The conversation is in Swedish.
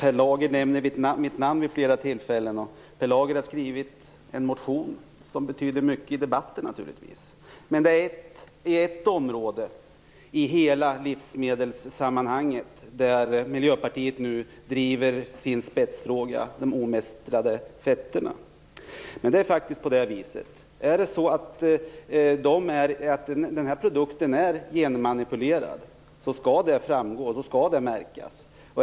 Fru talman! Per Lager nämner mitt namn vid flera tillfällen. Per Lager har skrivit en motion som betyder mycket i debatten, naturligtvis. Miljöpartiet driver sin spetsfråga om de omestrade fetterna på ett område i hela livsmedelssammanhanget. Är produkten genmanipulerad skall det faktiskt framgå; då skall produkten märkas.